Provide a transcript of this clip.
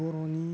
बर'नि